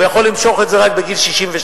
הוא יכול למשוך את זה רק בגיל 67,